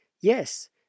yes